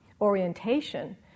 orientation